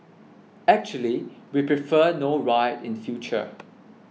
actually we prefer no riot in future